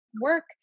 work